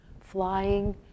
flying